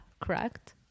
correct